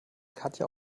katja